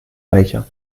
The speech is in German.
reicher